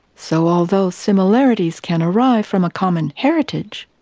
so, although similarities can arrive from a common heritage,